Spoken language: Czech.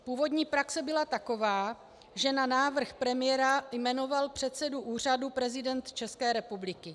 Původní praxe byla taková, že na návrh premiéra jmenoval předsedu úřadu prezident České republiky.